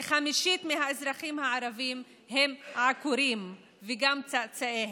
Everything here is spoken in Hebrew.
כחמישית מהאזרחים הערבים הם עקורים וגם צאצאיהם.